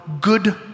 good